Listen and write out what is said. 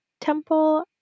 temple